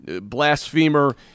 blasphemer